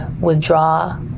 withdraw